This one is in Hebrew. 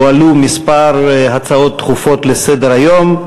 יועלו כמה הצעות דחופות לסדר-היום.